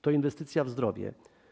To inwestycja w zdrowie.